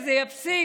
שזה יפסיק,